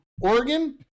Oregon